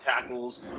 tackles